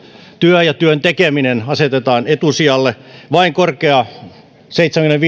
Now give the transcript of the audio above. työ ja työn tekeminen asetetaan etusijalle vain korkea seitsemänkymmenenviiden